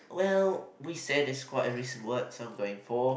well we said this quite a recent word so I'm going for